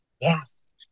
Yes